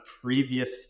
previous